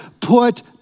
Put